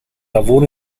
lavoro